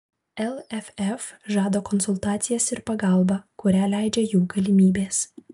lff žada konsultacijas ir pagalbą kurią leidžia jų galimybės